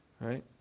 right